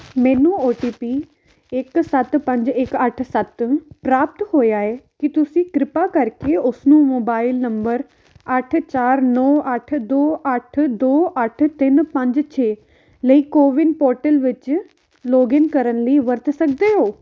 ਮੈਨੂੰ O T P ਇੱਕ ਸੱਤ ਪੰਜ ਇੱਕ ਅੱਠ ਸੱਤ ਪ੍ਰਾਪਤ ਹੋਇਆ ਹੈ ਕੀ ਤੁਸੀਂ ਕਿਰਪਾ ਕਰਕੇ ਉਸ ਨੂੰ ਮੋਬਾਈਲ ਨੰਬਰ ਅੱਠ ਚਾਰ ਨੌ ਅੱਠ ਦੋ ਅੱਠ ਦੋ ਅੱਠ ਤਿੰਨ ਪੰਜ ਛੇ ਲਈ ਕੋਵਿਨ ਪੋਰਟਲ ਵਿੱਚ ਲੌਗਇਨ ਕਰਨ ਲਈ ਵਰਤ ਸਕਦੇ ਹੋ